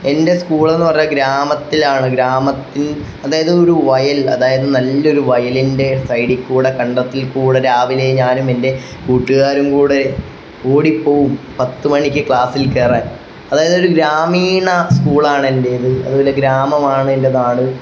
എൻ്റെ സ്കൂളെന്ന് പറഞ്ഞാൽ ഗ്രാമത്തിലാണ് ഗ്രാമത്തിൽ അതായത് ഒരു വയൽ അതായത് നല്ല ഒരു വയലിൻ്റെ സൈഡിൽ കൂടെ കണ്ടത്തിൽ കൂടെ രാവിലെ ഞാനും എൻ്റെ കൂട്ടുകാരും കൂടെ ഓടിപ്പോവും പത്ത് മണിക്ക് ക്ലാസ്സിൽ കയറാൻ അതായത് ഒരു ഗ്രാമീണ സ്കൂളാണ് എൻ്റേത് അതുപോലെ ഗ്രാമമാണ് എൻ്റെ നാട്